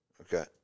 Okay